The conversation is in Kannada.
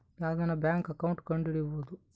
ಯಾವ್ದನ ಬ್ಯಾಂಕ್ ಅಕೌಂಟ್ ಕಂಡುಹಿಡಿಬೋದು